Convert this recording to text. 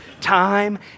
time